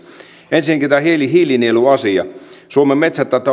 ensinnäkin tämä hiilinieluasia suomen metsät